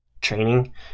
training